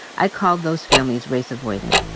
i call those families race avoidant.